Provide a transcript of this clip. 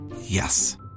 Yes